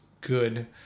good